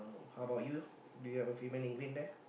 how about you do you have a female in green there